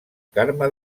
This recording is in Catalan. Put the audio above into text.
carme